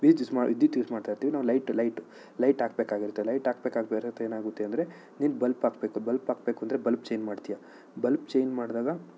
ವಿದ್ಯುಸ್ ವಿದ್ಯುತ್ ಯೂಸ್ ಮಾಡ್ತಾ ಇರ್ತೀವಿ ನಾವು ಲೈಟ್ ಲೈಟ್ ಲೈಟ್ ಹಾಕ್ಬೇಕಾಗಿರುತ್ತೆ ಲೈಟ್ ಹಾಕ್ಬೇಕಾಗಿಬರುತ್ತೆ ಏನಾಗುತ್ತೆ ಅಂದರೆ ನೀನು ಬಲ್ಪ್ ಹಾಕ್ಬೇಕು ಬಲ್ಪ್ ಹಾಕ್ಬೇಕೆಂದ್ರೆ ಬಲ್ಪ್ ಚೇಂಜ್ ಮಾಡ್ತೀಯ ಬಲ್ಪ್ ಚೇಂಜ್ ಮಾಡ್ದಾಗ